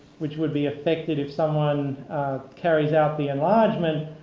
which would be affected if someone carries out the enlargement,